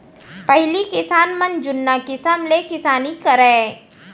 पहिली किसान मन जुन्ना किसम ले किसानी करय